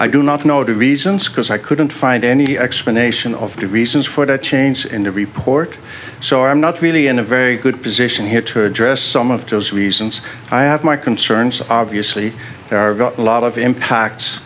i do not know the reasons because i couldn't find any explanation of the reasons for the changes in the report so i'm not really in a very good position here to address some of those reasons i have my concerns are usually there are a lot of